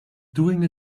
doing